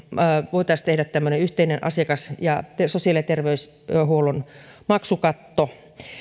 voitaisiin tehdä tämmöinen yhteinen asiakas ja sosiaali ja terveyshuollon maksukatto